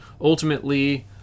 Ultimately